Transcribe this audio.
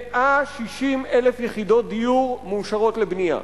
160,000 יחידות דיור מאושרות לבנייה.